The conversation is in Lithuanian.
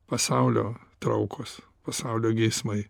pasaulio traukos pasaulio geismai